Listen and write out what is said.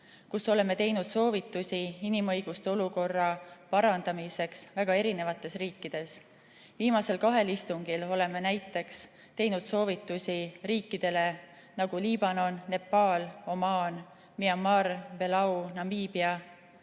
kus oleme teinud soovitusi inimõiguste olukorra parandamiseks väga erinevates riikides. Viimasel kahel istungil oleme teinud soovitusi näiteks sellistele riikidele nagu Liibanon, Nepal, Omaan, Myanmar, Belau, Namibia,